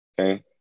Okay